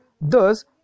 Thus